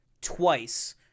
twice